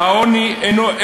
"העוני אינו,